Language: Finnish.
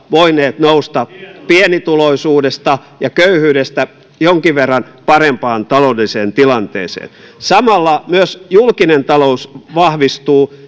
voineet nousta pienituloisuudesta ja köyhyydestä jonkin verran parempaan taloudelliseen tilanteeseen samalla myös julkinen talous vahvistuu